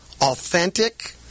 authentic